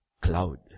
cloud